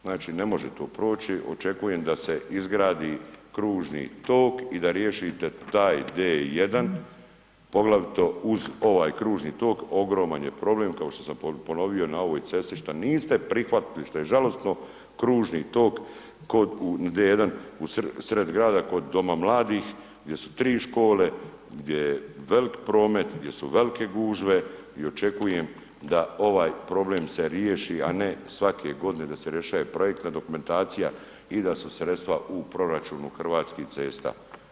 Znači ne može to proći, očekujem da se izgradi kružni tok i da riješite taj D1 poglavito uz ovaj kružni tok, ogroman je problem kao što sam ponovio na ovoj cesti šta niste prihvatili, šta je žalosno kružni tok kod D1 u sred grada kod doma mladih gdje su tri škole, gdje je veliki promet, gdje su velike gužve i očekujem da ovaj problem se riješi a ne svake godine, da se rješava projektna dokumentacija i da su sredstva u proračunu Hrvatskih cesta.